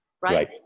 Right